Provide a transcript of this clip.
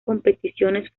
competiciones